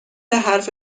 حرف